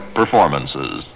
performances